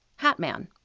Hatman